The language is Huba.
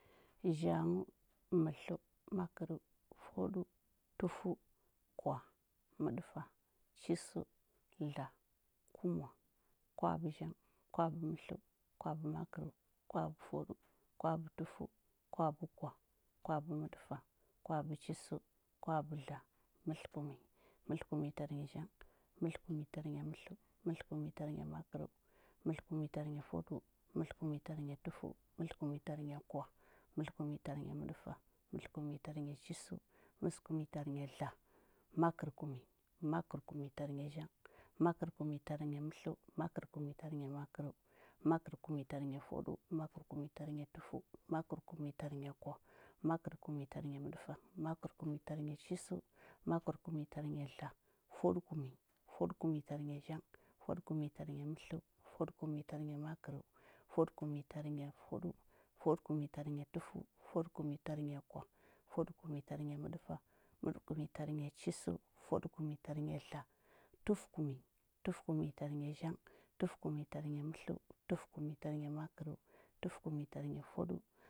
Zhanghəu, mətləu, makərəu, fwaɗəu, tufəu, kwah, məɗəfa, chisəu, dla, kuma. Kwabəzhang, kwabəmətləu, kwabəmakər, kwabəfwaɗəu, kwabətufəu, kwabəkwah, kwabəməɗufa, kwabəchisəu, kwabədla, mətləkumnyi. Mətləkumnyi tarnya zhang, mətləkumnyi tarnya mətləu, mətləkumnyi tarnya makərəu, mətləkumnyi tarnya fwaɗəu, mətləkumnyi tarnya tufəu, mətləkumnyi tarnya kwah, mətləkumnyi tarnya mətləfa, mətləkumnyi tarnya chisəu, mətləkumnyi tarnya dla, makərkumnyi. Makərkumnyi tarnya zhang, makərkumnyi tarnya mətləu, makərkumnyi tarnya makərəu, makərkumnyi tarnya fwaɗəu, makərkumnyi tarnya tufəu, makərkumnyi tarnya kwah, makərkumnyi tarnya məɗəfa, makərkumnyi tarnya chisəu, makərkumnyi tarnya dla, fwaɗəkumnyi. Fwaɗəkumnyi tarnya zhang, fwaɗəkumnyi tarnya mətləu, fwaɗəkumnyi tarnya makərəu, fwaɗəkumnyi tarnya fwaɗəu, fwaɗəkumnyi tarnya tufəu, fwaɗəkumnyi tarnya kwah, fwaɗəkumnyi tarnya məɗəfa, fwaɗəkumnyi tarny chisəu, fwaɗəkumnyi tarnya mdla, tufəkumnyi. Tufəkumnyi tarnya zhang, tufukumnyi tarnya mətləu, tufəkumnyi tarnya makərəu, tufəkumnyi tarnya fwaɗəu